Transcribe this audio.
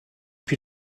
puis